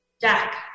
Jack